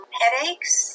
headaches